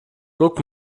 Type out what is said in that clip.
guck